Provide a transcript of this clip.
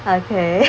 okay